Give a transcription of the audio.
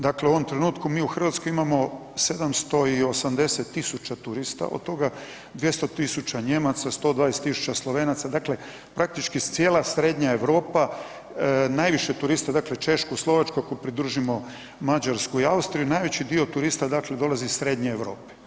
Dakle, u ovom trenutku mi u RH imamo 780 000 turista, od toga 200 000 Nijemaca, 120 000 Slovenaca dakle praktički cijela srednja Europa najviše turista, dakle Češku, Slovačku ako pridružimo, Mađarsku i Austriju, najveći dio turista dakle dolazi iz srednje Europe.